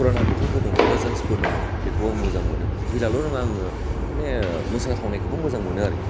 फुराना मेथाइफोर दङ गोजामसफोर बेखौबो आं मोजां मोनो दिलाल' नङा आङो माने मोसाथावनायखौबो मोजां मोनो आरोखि